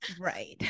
right